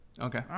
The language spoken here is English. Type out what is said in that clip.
okay